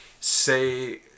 Say